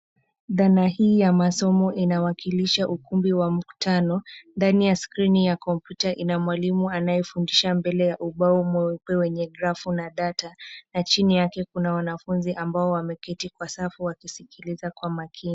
Dhana hii ya masomo inawakilisha ukumbi wa mkutano. Ndani ya skrini ya kompyuta ina mwalimu anayefundisha mbele ya ubao mweupe wenye grafu na data na chini yake kuna wanafunzi ambao wameketi kwa safu wakisikiliza kwa makini.